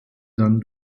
dann